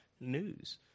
news